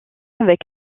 avec